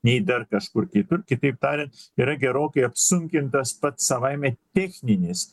nei dar kažkur kitur kitaip tariant yra gerokai apsunkintas pats savaime techninis